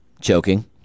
choking